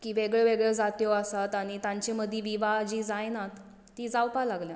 की वेगळ्यो वेगळ्यो जाती आसा आनी तांचे मदीं विवाह जीं जायनात तीं जावपाक लागल्यांत